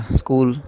school